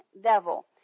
devil